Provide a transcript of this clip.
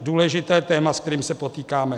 Důležité téma, s kterým se potýkáme.